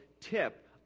tip